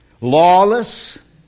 lawless